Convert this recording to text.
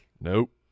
Nope